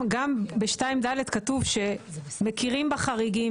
אבל גם ב-2(ד) כתוב שמכירים בחריגים,